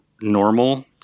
normal